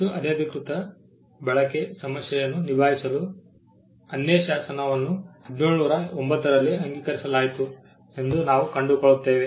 ಮತ್ತು ಅನಧಿಕೃತ ಬಳಕೆPiracy ಸಮಸ್ಯೆಯನ್ನು ನಿಭಾಯಿಸಲು ಅನ್ನಿಯ ಶಾಸನವನ್ನು 1709 ರಲ್ಲಿ ಅಂಗೀಕರಿಸಲಾಯಿತು ಎಂದು ನಾವು ಕಂಡುಕೊಳ್ಳುತ್ತೇವೆ